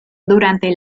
durante